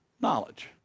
knowledge